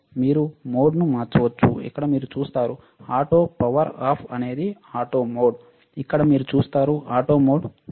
మీరు మోడ్ను మార్చవచ్చు ఇక్కడ మీరు చూస్తారు ఆటో పవర్ ఆఫ్ అనేది ఆటో మోడ్ ఇక్కడ మీరు చూడవచ్చు ఆటో మోడ్ ఉంది